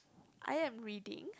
I am reading